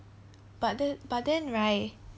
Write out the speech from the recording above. but then but then right